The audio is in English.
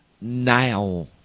now